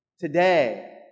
Today